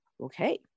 Okay